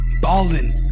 Ballin